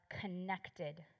connected